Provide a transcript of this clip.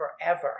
forever